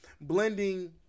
blending